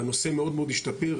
הנושא מאוד מאוד השתפר.